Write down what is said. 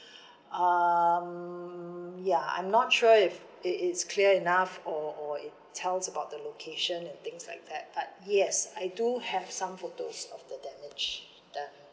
um ya I'm not sure if it it's clear enough or or it tells about the location and things like that but yes I do have some photos of the damage done